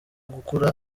gukurura